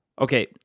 Okay